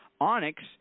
Onyx